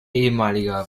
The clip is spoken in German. ehemalige